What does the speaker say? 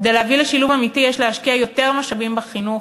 כדי להביא לשילוב אמיתי יש להשקיע יותר משאבים בחינוך,